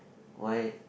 why